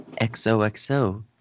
XOXO